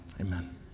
amen